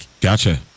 Gotcha